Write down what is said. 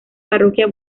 parroquia